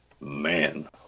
Man